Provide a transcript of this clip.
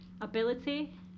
ability